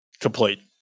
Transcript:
complete